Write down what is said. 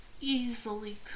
easily